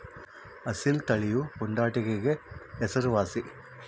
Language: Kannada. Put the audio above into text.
ಅಸೀಲ್ ತಳಿಯು ಪುಂಡಾಟಿಕೆಗೆ ಹೆಸರುವಾಸಿ